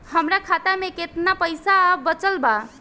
हमरा खाता मे केतना पईसा बचल बा?